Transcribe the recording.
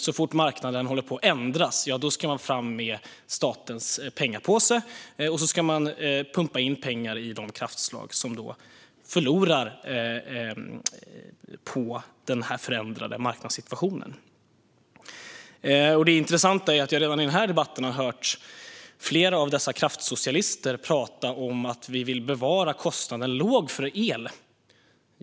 Så fort marknaden håller på att ändras ska man fram med statens pengapåse och pumpa in pengar i de kraftslag som förlorar på den förändrade marknadssituationen. Det intressanta är att jag redan i den här debatten har hört flera av dessa kraftsocialister prata om att vi vill bevara en låg kostnad för el.